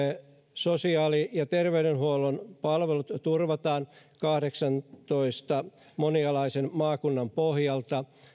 sosiaali ja terveydenhuollon palvelut turvataan kahdeksantoista monialaisen maakunnan pohjalta